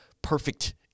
perfect